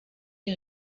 die